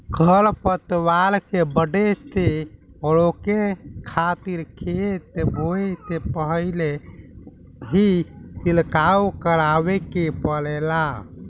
खर पतवार के बढ़े से रोके खातिर खेत बोए से पहिल ही छिड़काव करावे के पड़ेला